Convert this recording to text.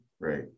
right